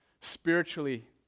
spiritually